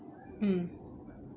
mm